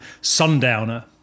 Sundowner